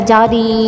Jadi